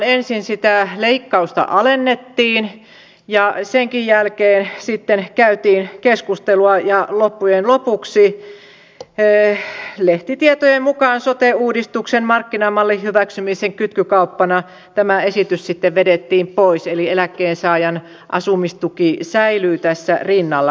ensin sitä leikkausta alennettiin ja senkin jälkeen sitten käytiin keskustelua ja loppujen lopuksi lehtitietojen mukaan sote uudistuksen markkinamallin hyväksymisen kytkykauppana tämä esitys sitten vedettiin pois eli eläkkeensaajan asumistuki säilyy tässä rinnalla